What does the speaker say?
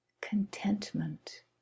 contentment